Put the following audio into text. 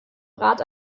rat